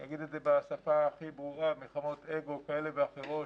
אני אגיד את זה בשפה הכי ברורה מלחמות אגו כאלה ואחרות,